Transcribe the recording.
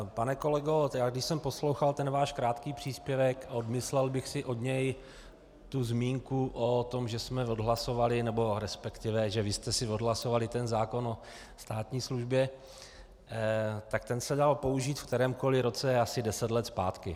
Pane kolego, když jsem poslouchal ten váš krátký příspěvek, odmyslel bych si od něj tu zmínku o tom, že jsme odhlasovali, nebo respektive že vy jste si odhlasovali ten zákon o státní službě, tak ten se dal použít v kterémkoliv roce asi deset let zpátky.